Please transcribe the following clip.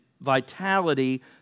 vitality